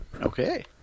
okay